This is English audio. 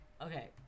Okay